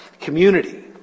Community